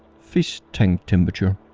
fish tank temperature.